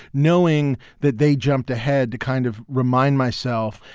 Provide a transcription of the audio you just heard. knowing that they jumped ahead to kind of remind myself,